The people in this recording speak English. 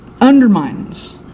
undermines